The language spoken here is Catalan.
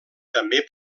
també